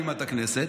על במת הכנסת,